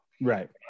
Right